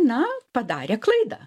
na padarė klaidą